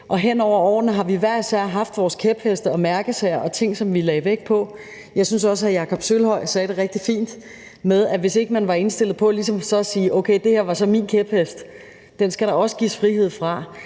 og hen over årene har vi hver især haft vores kæpheste og mærkesager og ting, som vi lagde vægt på. Jeg synes også, at hr. Jakob Sølvhøj sagde det rigtig fint, altså at hvis man ikke var indstillet på at sige, at okay, det her var så min kæphest, den skal der også gives frihed fra,